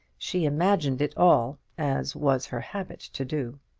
she imagined it all, as was her habit to do.